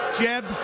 Jeb